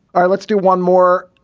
ah let's do one more.